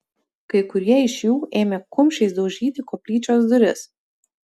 kai kurie iš jų ėmė kumščiais daužyti koplyčios duris